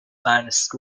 finest